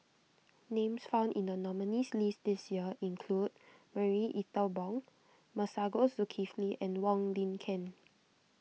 names found in the nominees' list this year include Marie Ethel Bong Masagos Zulkifli and Wong Lin Ken